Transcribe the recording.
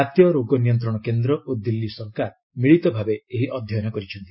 ଜାତୀୟ ରୋଗ ନିୟନ୍ତ୍ରଣ କେନ୍ଦ୍ର ଓ ଦିଲ୍ଲୀ ସରକାର ମିଳିତ ଭାବେ ଏହି ଅଧ୍ୟୟନ କରିଛନ୍ତି